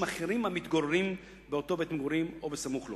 אחרים המתגוררים באותו בית-מגורים או בסמוך לו,